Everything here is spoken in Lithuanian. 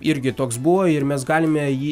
irgi toks buvo ir mes galime jį